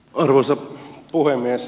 arvoisa puhemies